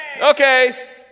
Okay